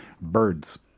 birds